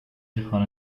chun